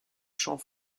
chant